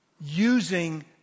using